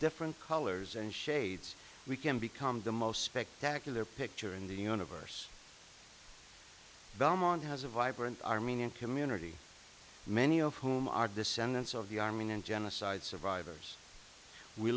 different colors and shades we can become the most spectacular picture in the universe belmont has a vibrant armenian community many of whom are descendants of the armenian genocide survivors we